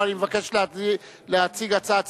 ואני מבקש להציג הצעת סיכום.